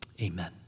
Amen